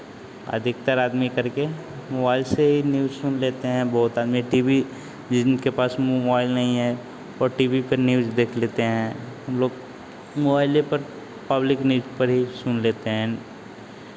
अधिकतर आदमी करके मोबाइल से ही न्यूज़ सुन लेते हैं बहोत आदमी टी वी जिनके पास मोबाइल नहीं है वो टी वी पे न्यूज़ देख लेते हैं हम लोग मोबाइले पर पब्लिक न्यूज़ पर ही सुन लेते हैं